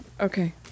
okay